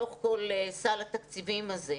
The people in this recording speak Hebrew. התקציבים שהיו מיועדים בתוך כל סך התקציבים הזה?